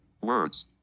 Words